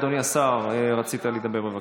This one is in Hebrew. אדוני השר, רצית לדבר, בבקשה.